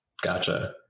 Gotcha